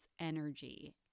energy